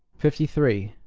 fifty three.